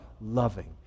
loving